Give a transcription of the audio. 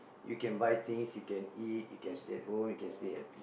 you can buy things you can eat you can stay at home you can stay happy